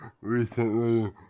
recently